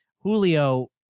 Julio